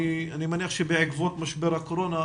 אני מניח שבעקבות משבר הקורונה,